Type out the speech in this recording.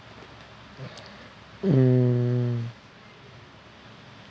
hmm